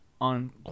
on